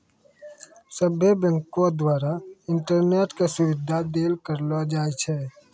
सभ्भे बैंको द्वारा इंटरनेट के सुविधा देल करलो जाय छै